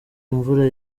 imvura